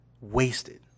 wasted